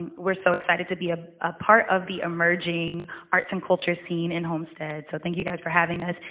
and we're so excited to be a ah part of the emerging arts and culture scene in homestead, so thanks, you guys, for having us,